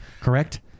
correct